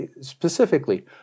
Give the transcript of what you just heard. specifically